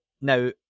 Now